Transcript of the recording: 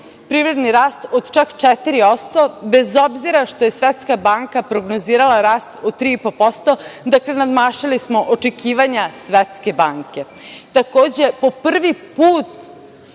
privredni rast od čak 4%, bez obzira što je Svetska banka prognozirala rast od 3,5%. Dakle, nadmašili smo očekivanja Svetske